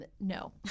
no